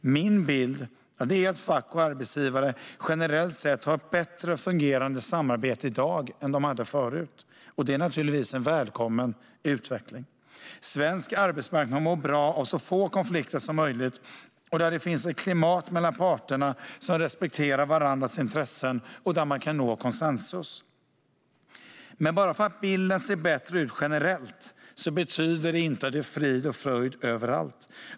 Min bild är att fack och arbetsgivare generellt sett har ett bättre fungerande samarbete i dag än de hade tidigare. Det är naturligtvis en välkommen utveckling. Svensk arbetsmarknad mår bra av så få konflikter som möjligt och ett klimat mellan parterna där man respekterar varandras intressen och kan nå konsensus. Men bara för att bilden ser bättre ut generellt betyder inte det att det är frid och fröjd överallt.